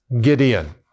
Gideon